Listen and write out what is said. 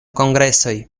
kongresoj